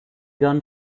gone